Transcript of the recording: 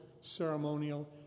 ceremonial